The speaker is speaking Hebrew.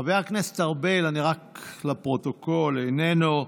חבר הכנסת ארבל, לפרוטוקול, איננו,